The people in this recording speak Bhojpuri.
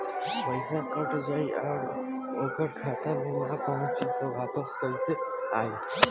पईसा कट जाई और ओकर खाता मे ना पहुंची त वापस कैसे आई?